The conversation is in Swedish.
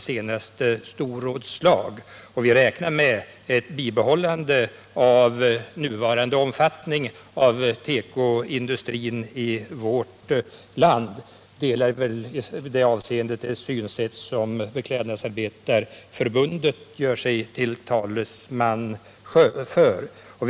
senaste storrådslag, och vi räknar med ett bibehållande av den nuvarande omfattningen av tekoindustrin i vårt land. I det avseendet har vi samma inställning som Beklädnadsarbetarnas förbund.